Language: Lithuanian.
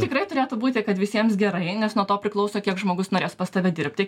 tikrai turėtų būti kad visiems gerai nes nuo to priklauso kiek žmogus norės pas tave dirbti